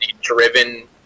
driven